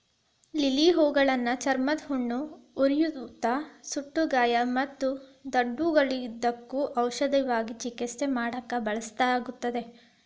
lily ಹೂಗಳನ್ನ ಚರ್ಮದ ಹುಣ್ಣು, ಉರಿಯೂತ, ಸುಟ್ಟಗಾಯ ಮತ್ತು ದದ್ದುಗಳಿದ್ದಕ್ಕ ಔಷಧವಾಗಿ ಚಿಕಿತ್ಸೆ ಮಾಡಾಕ ಬಳಸಲಾಗುತ್ತದೆ